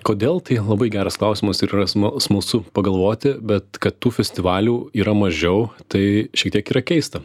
kodėl tai labai geras klausimas ir yra smal smalsu pagalvoti bet kad tų festivalių yra mažiau tai šiek tiek yra keista